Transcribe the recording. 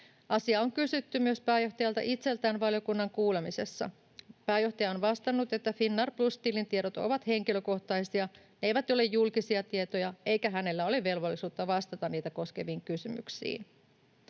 Asiaa on kysytty myös pääjohtajalta itseltään valiokunnan kuulemisessa. Pääjohtaja on vastannut, että Finnair Plus ‑tilin tiedot ovat henkilökohtaisia, ne eivät ole julkisia tietoja, eikä hänellä ole velvollisuutta vastata niitä koskeviin kysymyksiin.